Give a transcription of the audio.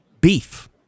beef